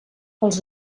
els